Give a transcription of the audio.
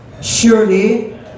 surely